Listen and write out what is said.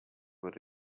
were